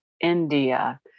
India